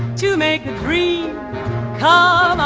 to make. three um ah